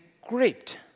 gripped